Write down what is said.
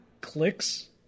clicks